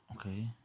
Okay